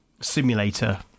simulator